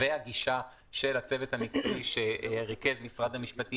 הגישה של הצוות המקצועי שריכז משרד המשפטים